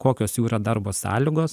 kokios jų yra darbo sąlygos